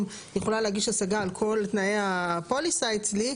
יכולה להגיש השגה על כל תנאי הפוליסה אצלי,